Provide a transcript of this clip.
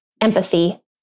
empathy